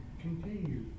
continue